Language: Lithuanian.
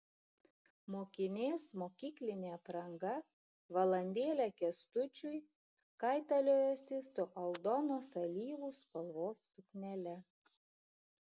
mokinės mokyklinė apranga valandėlę kęstučiui kaitaliojosi su aldonos alyvų spalvos suknele